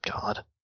god